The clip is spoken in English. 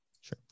Sure